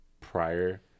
prior